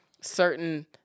certain